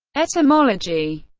etymology